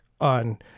on